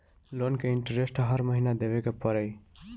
Loan के interest हर महीना देवे के पड़ी?